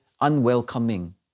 unwelcoming